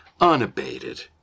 unabated